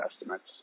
estimates